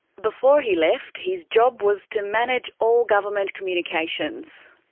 before he left, his job was to manage all government communications.